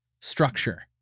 structure